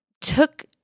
took